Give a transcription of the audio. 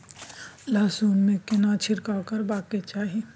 लहसुन में केना छिरकाव करबा के चाही?